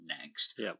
next